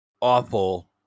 awful